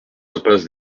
impasse